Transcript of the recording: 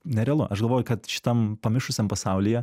nerealu aš galvoju kad šitam pamišusiam pasaulyje